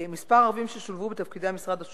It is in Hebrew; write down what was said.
מספר הערבים ששולבו בתפקידי המשרד השונים,